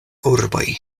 urboj